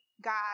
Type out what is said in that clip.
God